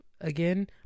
again